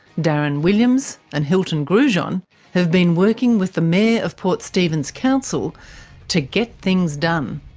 darren williams and hilton grugeon have been working with the mayor of port stephens council to get things done.